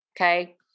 Okay